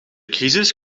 crisis